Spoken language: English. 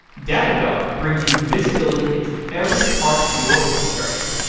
datadog brings you visibility into every part of your infrastructure,